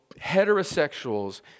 heterosexuals